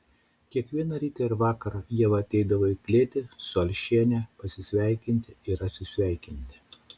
kiekvieną rytą ir vakarą ieva ateidavo į klėtį su alšiene pasisveikinti ir atsisveikinti